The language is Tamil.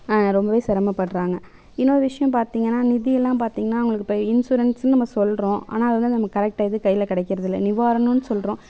ரொம்ப சிரமப்படுறாங்க இன்னொரு விஷயம் பார்த்தீங்கன்னா நிதியெல்லாம் பார்த்தீங்கன்னா அவங்களுக்கு இப்போ இன்சூரன்ஸுன்னு நம்ம சொல்கிறோம் ஆனால் அது வந்து நமக்கு கரெக்டா டயத்துக்கு கையில் கிடைக்குறதுல்ல நிவாரணம்னு சொல்கிறோம்